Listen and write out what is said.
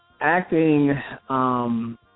acting